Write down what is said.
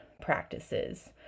practices